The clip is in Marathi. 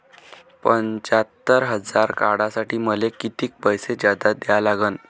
पंच्यात्तर हजार काढासाठी मले कितीक पैसे जादा द्या लागन?